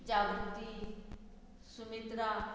Jagruti Sumitra